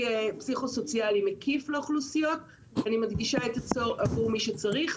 פסיכו-סוציאלי מקיף לאוכלוסיות, עבור מי שצריך.